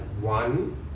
one